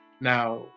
now